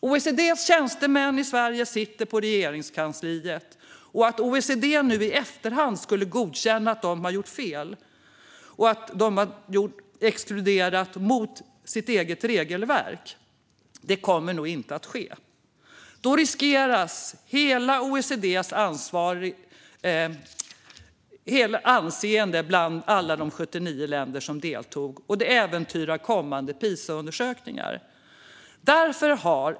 OECD:s tjänstemän i Sverige sitter på Regeringskansliet. Att OECD nu i efterhand skulle godkänna att man har gjort fel och gjort en exkludering som går emot det egna regelverket är nog inget som kommer att ske, eftersom då skulle OECD:s anseende bland alla de 79 länder som deltog riskeras och det skulle även äventyra kommande PISA-undersökningar.